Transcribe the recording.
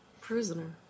prisoner